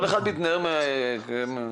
כל אחד מתנער מאחריות ובצדק.